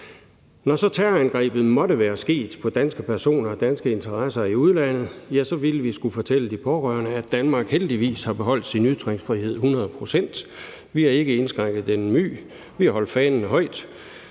Når så terrorangrebet måtte være sket på danske personer og danske interesser i udlandet, ville vi skulle fortælle de pårørende, at Danmark heldigvis har beholdt sin ytringsfrihed et hundrede procent. Vi har ikke indskrænket den en my, vi har holdt fanen højt.